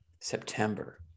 September